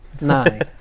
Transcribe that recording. nine